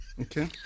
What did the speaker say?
Okay